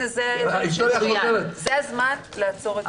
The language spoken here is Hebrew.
--- זה הזמן לעצור את זה.